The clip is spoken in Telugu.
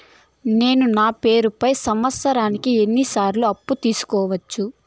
నేను నా పేరుపై సంవత్సరానికి ఎన్ని సార్లు అప్పు తీసుకోవచ్చు?